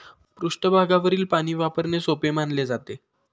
पृष्ठभागावरील पाणी वापरणे सोपे मानले जाते